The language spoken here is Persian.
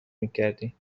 میکردی